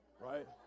Right